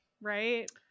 right